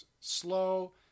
slow